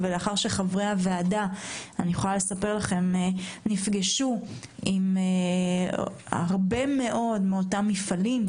חברי הוועדה נפגשו עם הרבה מאוד נציגי מפעלים,